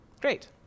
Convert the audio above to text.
Great